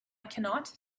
cannot